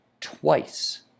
twice